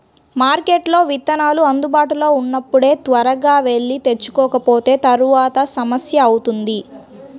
మార్కెట్లో విత్తనాలు అందుబాటులో ఉన్నప్పుడే త్వరగా వెళ్లి తెచ్చుకోకపోతే తర్వాత సమస్య అవుతుంది